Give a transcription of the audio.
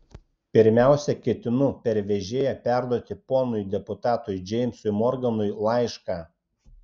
pirmiausia ketinu per vežėją perduoti ponui deputatui džeimsui morganui laišką